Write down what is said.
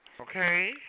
Okay